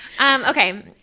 Okay